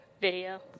video